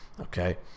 okay